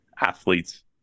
athletes